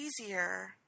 easier